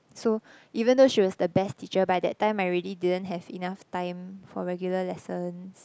so even though she was the best teacher by that time I already didn't have enough time for regular lessons